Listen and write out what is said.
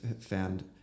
found